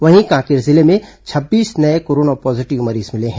वहीं कांकेर जिले में छब्बीस नये कोरोना पॉजीटिव मरीज मिले हैं